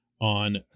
on